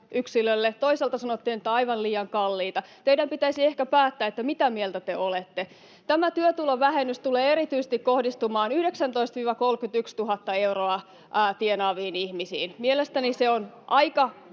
toisaalta sanottiin, että aivan liian kallista. Teidän pitäisi ehkä päättää, mitä mieltä te olette. Tämä työtulovähennys tulee erityisesti kohdistumaan 19 000—31 000 euroa tienaaviin ihmisiin. [Ben Zyskowicz: